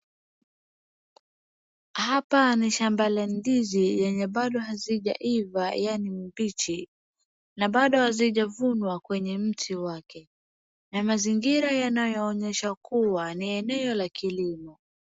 Hapa ni shamba la ndizi lenye bado hazijaiva yaani mbichi na bado hazijavunwa kwenye mti wake na mazingira yanaonyesha kuwa ni eneo la kilimo.